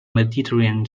mediterranean